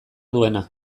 duena